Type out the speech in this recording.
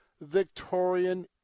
Victorian